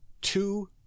two